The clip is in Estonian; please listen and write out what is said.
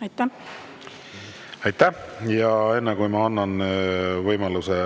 Palun! Aitäh! Enne kui ma annan võimaluse